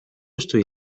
estoy